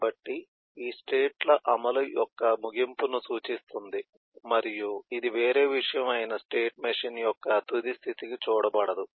కాబట్టి ఈ స్టేట్ ల అమలు యొక్క ముగింపును సూచిస్తుంది మరియు ఇది వేరే విషయం అయిన స్టేట్ మెషీన్ యొక్క తుది స్థితిగా చూడబడదు